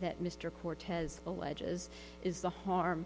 that mr cortez alleges is the harm